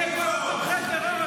אלה תומכי טרור,